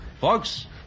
Folks